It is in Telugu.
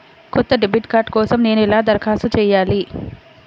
కొత్త డెబిట్ కార్డ్ కోసం నేను ఎలా దరఖాస్తు చేయాలి?